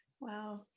Wow